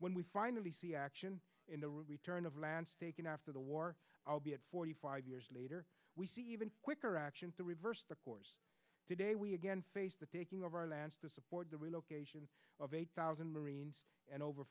when we finally see action in the return of lance taken after the war i'll be at forty five years later we see even quicker action to reverse the course today we again face the taking over lands to support the relocation of eight thousand marines and over